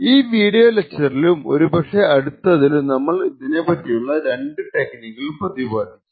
ഈ വീഡിയോ ലെക്ച്ചറിലും ഒരു പക്ഷെ അടുത്തതിലും നമ്മൾ ഇതിനെ പറ്റിയുള്ള രണ്ടു ടെക്നീക്കുകൾ പ്രതിപാദിക്കും